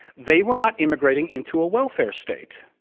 they were not immigrating into a welfare state.